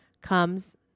comes